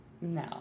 No